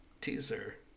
teaser